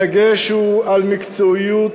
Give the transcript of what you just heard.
הדגש הוא על מקצועיות